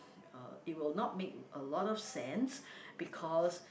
uh it will not make a lot of sense because